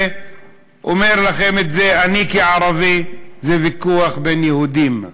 ואומר לכם את זה: אני כערבי, זה ויכוח בין יהודים.